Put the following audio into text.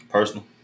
Personal